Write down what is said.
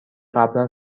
قبلا